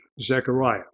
Zechariah